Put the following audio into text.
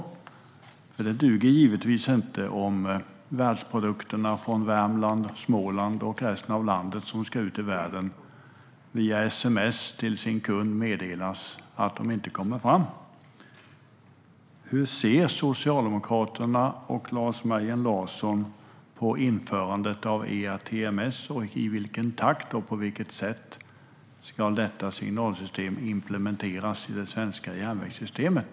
Det duger givetvis inte om man angående produkterna som ska ut i världen från Värmland, Småland och resten av landet via sms meddelar kunden att de inte kommer fram. Hur ser Socialdemokraterna och Lars Mejern Larsson på införandet av ERTMS? I vilken takt och på vilket sätt ska detta signalsystem implementeras i det svenska järnvägssystemet?